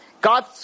God